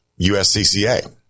USCCA